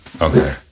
okay